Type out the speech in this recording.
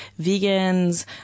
vegans